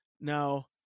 Now